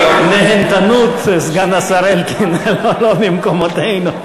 נהנתנות, סגן השר אלקין, לא במקומותינו.